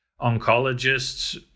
Oncologists